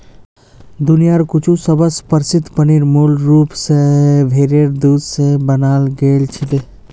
दुनियार कुछु सबस प्रसिद्ध पनीर मूल रूप स भेरेर दूध स बनाल गेल छिले